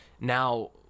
Now